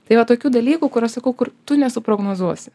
tai va tokių dalykų kuriuos sakau tu nesuprognozuosi